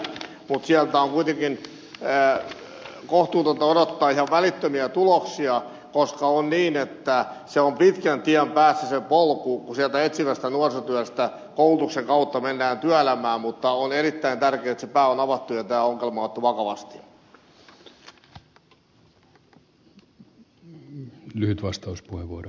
mutta sieltä on kuitenkin kohtuutonta odottaa ihan välittömiä tuloksia koska on niin että se polku on pitkän tien päässä kun sieltä etsivästä nuorisotyöstä koulutuksen kautta mennään työelämään mutta on erittäin tärkeää että se pää on avattu ja tämä ongelma otettu vakavasti